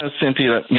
Cynthia